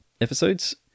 episodes